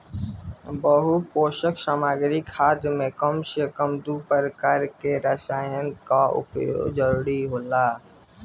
बहुपोषक सामग्री खाद में कम से कम दू तरह के रसायन कअ जरूरत होला